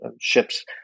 ships